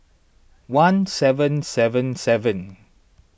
one seven seven seven